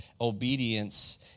obedience